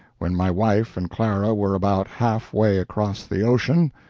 when my wife and clara were about half-way across the ocean,